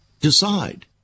decide